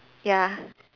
ya